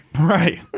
Right